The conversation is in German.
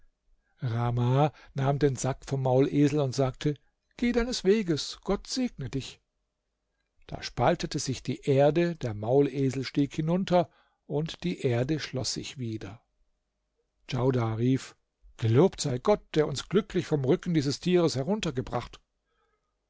rahmah nahm den sack vom maulesel und sagte geh deines weges gott segne dich da spaltete sich die erde der maulesel stieg hinunter und die erde schloß sich wieder djaudar rief gelobt sei gott der uns glücklich vom rücken dieses tieres heruntergebracht